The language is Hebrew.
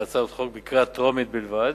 בהצעות החוק בקריאה הטרומית בלבד,